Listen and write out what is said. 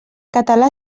català